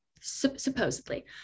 supposedly